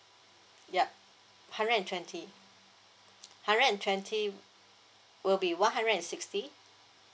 yup hundred and twenty hundred and twenty will be one hundred and sixty